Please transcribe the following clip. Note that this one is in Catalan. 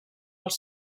els